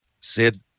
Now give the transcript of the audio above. Sid